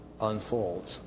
unfolds